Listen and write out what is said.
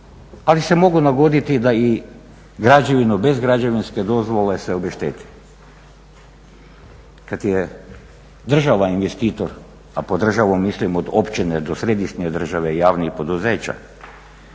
ali se mogu nagoditi da i građevinu, bez građevinske dozvole se obešteti. Kada je država investitor, a pod državom mislim od općine do središnje države i javnih poduzeća